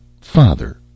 Father